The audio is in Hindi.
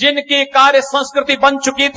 जिनके कार्य संस्कृति बन चुकी है